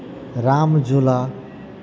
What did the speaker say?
Ram Jhula